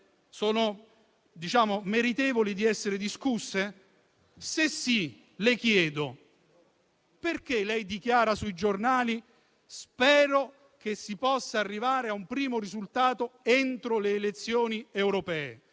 Sono meritevoli di essere discusse? Se sì, le chiedo perché lei dichiara sui giornali che spera si possa arrivare a un primo risultato in fretta, entro le elezioni europee.